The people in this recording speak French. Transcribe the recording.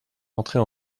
entrer